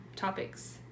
topics